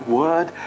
word